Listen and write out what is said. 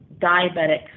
diabetic